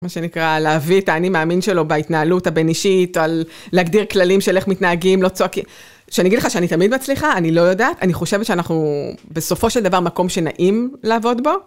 מה שנקרא להביא את האני מאמין שלו בהתנהלות הבין אישית, או להגדיר כללים של איך מתנהגים, לא צועקים. שאני אגיד לך שאני תמיד מצליחה? אני לא יודעת, אני חושבת שאנחנו, בסופו של דבר, מקום שנעים לעבוד בו.